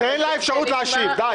תן לה אפשרות להשיב, די.